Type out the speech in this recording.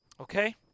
Okay